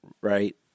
right